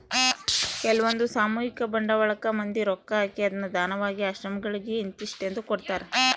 ಕೆಲ್ವಂದು ಸಾಮೂಹಿಕ ಬಂಡವಾಳಕ್ಕ ಮಂದಿ ರೊಕ್ಕ ಹಾಕಿ ಅದ್ನ ದಾನವಾಗಿ ಆಶ್ರಮಗಳಿಗೆ ಇಂತಿಸ್ಟೆಂದು ಕೊಡ್ತರಾ